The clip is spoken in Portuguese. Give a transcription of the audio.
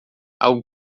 algo